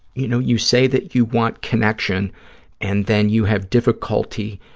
you know, you say that you want connection and then you have difficulty,